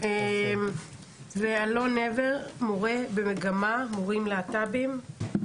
אלון הבר, מורה במגמה מורים להט"בים.